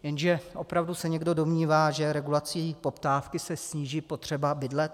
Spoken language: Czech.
Jenže opravdu se někdo domnívá, že regulací poptávky se sníží potřeba bydlet?